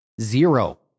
Zero